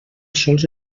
sols